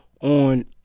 on